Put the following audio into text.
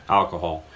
alcohol